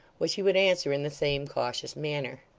which he would answer in the same cautious manner.